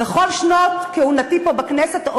בכל שנות כהונתי פה בכנסת,